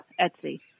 Etsy